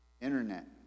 Internet